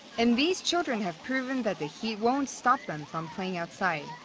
and these children have proven that the heat won't stop them from playing outside.